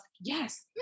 Yes